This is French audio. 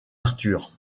arthur